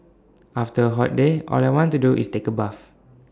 after A hot day all I want to do is take A bath